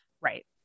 Right